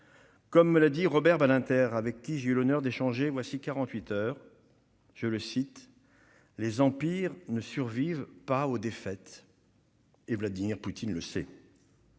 Comme me l'a dit Robert Badinter, avec qui j'ai eu l'honneur d'échanger voici quarante-huit heures :« Les empires ne survivent pas aux défaites et Vladimir Poutine le sait.